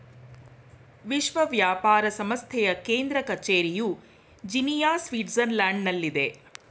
ವಿಶ್ವ ವ್ಯಾಪಾರ ಸಂಸ್ಥೆಯ ಕೇಂದ್ರ ಕಚೇರಿಯು ಜಿನಿಯಾ, ಸ್ವಿಟ್ಜರ್ಲ್ಯಾಂಡ್ನಲ್ಲಿದೆ